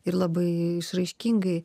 ir labai išraiškingai